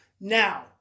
Now